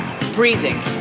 breathing